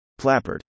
Plappert